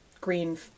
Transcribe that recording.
Green